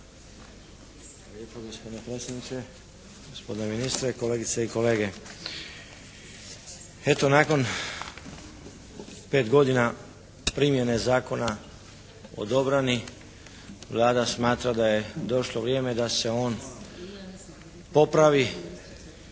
lijepo gospodine predsjedniče, gospodine ministre, kolegice i kolege. Eto nakon pet godina primjene Zakona o obrani Vlada smatra da je došlo vrijeme da se on popravi,